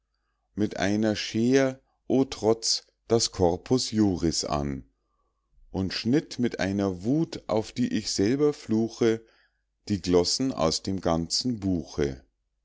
mit einer scheer o trotz das corpus juris an und schnitt mit einer wuth auf die ich selber fluche die glossen aus dem ganzen buche